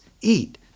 eat